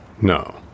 No